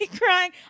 crying